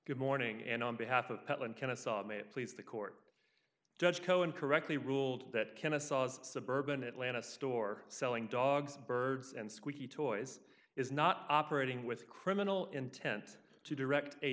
good morning and on behalf of kennesaw it may please the court judge cohen correctly ruled that kennesaw as suburban atlanta store selling dogs birds and squeaky toys is not operating with criminal intent to direct a